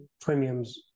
premiums